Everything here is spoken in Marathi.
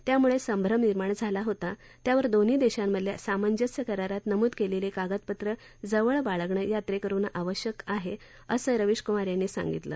त्यामुळे संभ्रम निर्माण झाला होता त्यावर दोन्ही देशांमधल्या सांमजस्य करारात नमूद केलेली कागदपत्र जवळ बाळगणं यात्रेकरुनां आवश्यक आहे असं रविश कुमार यांनी सांगितलं